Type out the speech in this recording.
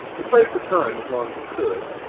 he played for time as long as he could,